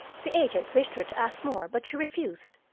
the agent wished her to ask more, but she refused.